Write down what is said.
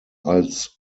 als